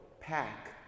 pack